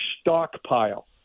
stockpile